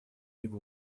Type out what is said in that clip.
его